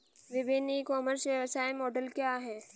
विभिन्न e-commerce व्यवसाय model क्या हैं?